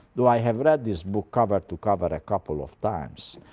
though i have read this book cover to cover a couple of times,